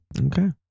Okay